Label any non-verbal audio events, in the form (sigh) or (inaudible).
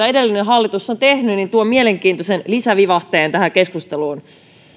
(unintelligible) edellinen hallitus on tehnyt tuo mielenkiintoisen lisävivahteen tähän keskusteluun